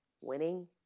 winning